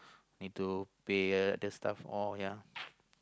need to pay other stuffs all ya